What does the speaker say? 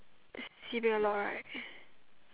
sibeh a lot right